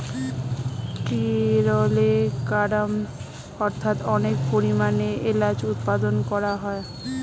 কেরলে কার্ডমমস্ অর্থাৎ অনেক পরিমাণে এলাচ উৎপাদন করা হয়